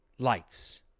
Lights